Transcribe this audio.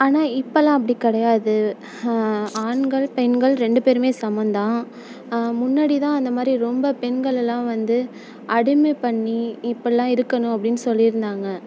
ஆனால் இப்போல்லாம் அப்படி கிடையாது ஆண்கள் பெண்கள் ரெண்டு பேருமே சமம் தான் முன்னாடி தான் அந்தமாதிரி ரொம்ப பெண்கள் எல்லாம் வந்து அடிமை பண்ணி இப்படிலாம் இருக்கணும் அப்படின்னு சொல்லியிருந்தாங்க